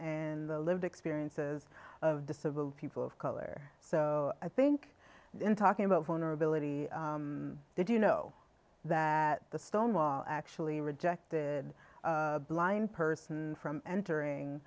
and the lived experiences of the civil people of color so i think in talking about foreigner ability did you know that the stonewall actually rejected blind person from entering